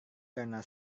karena